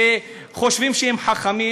שחושבים שהם חכמים,